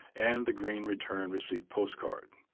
and the green return receipt postcard.